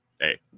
Hey